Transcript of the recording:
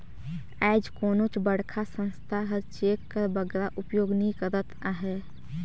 आएज कोनोच बड़खा संस्था हर चेक कर बगरा उपयोग नी करत अहे